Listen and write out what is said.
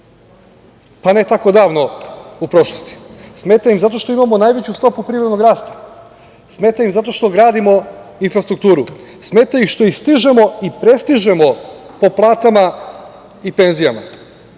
pa ne tako davno u prošlosti. Smeta im zato što imamo najveću stopu privrednog rasta, smeta im zato što gradimo infrastrukturu, smeta im što ih stižemo i prestižemo po platama i penzijama,